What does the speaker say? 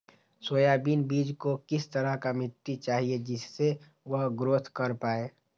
Soybean बीज को किस तरह का मिट्टी चाहिए जिससे वह ग्रोथ कर पाए?